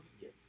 Yes